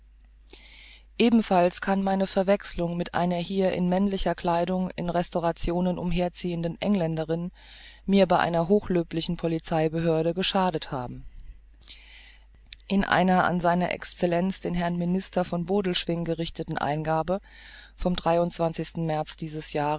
ebenfalls kann meine verwechselung mit einer hier in männlicher kleidung in restaurationen umherziehenden engländerin mir bei einer hochlöblichen polizei behörde geschadet haben in einer an sr excellenz den herrn minister von bodelschwingh gerichteten eingabe vom sten märz dieses jahres